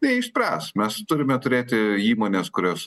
neišspręs mes turime turėti įmones kurios